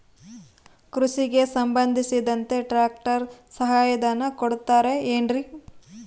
ಕೃಷಿಗೆ ಸಂಬಂಧಿಸಿದಂತೆ ಟ್ರ್ಯಾಕ್ಟರ್ ಸಹಾಯಧನ ಕೊಡುತ್ತಾರೆ ಏನ್ರಿ?